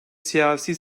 siyasi